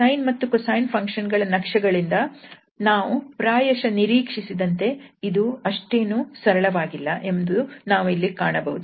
sine ಮತ್ತು cosine function ಗಳ ನಕ್ಷೆಗಳಿಂದ ನಾವು ಪ್ರಾಯಶಃ ನಿರೀಕ್ಷಿಸಿದಂತೆ ಇದು ಅಷ್ಟೇನೂ ಸರಳವಾಗಿಲ್ಲ ಎಂದು ನಾವು ಕಾಣಬಹುದು